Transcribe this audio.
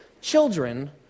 children